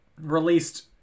released